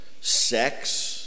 sex